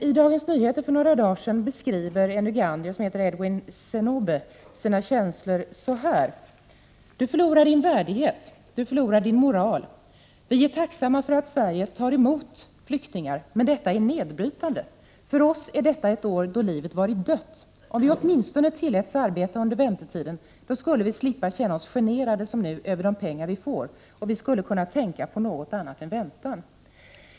I Dagens Nyheter för några dagar sedan beskriver en ugandier som heter Edwin Senobe sina känslor så här: Du förlorar din värdighet, du förlorar din moral. Vi är tacksamma för att Sverige tar emot flyktingar, men detta är nedbrytande. För oss är detta ett år då livet varit dött. Om vi åtminstone tilläts arbeta under väntetiden skulle vi slippa känna oss generade som nu över de pengar vi får, och vi skulle kunna tänka på något annat än väntan.